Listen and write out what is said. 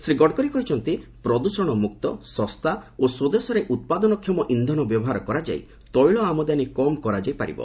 ଶ୍ରୀ ଗଡ଼କରୀ କହିଛନ୍ତି ପ୍ରଦୃଷଣ ମୁକ୍ତ ଶସ୍ତା ଓ ସ୍ୱଦେଶରେ ଉତ୍ପାଦନକ୍ଷମ ଇନ୍ଧନ ବ୍ୟବହାର କରାଯାଇ ତୈଳ ଆମଦାନୀ କମ୍ କରାଯାଇ ପାରିବ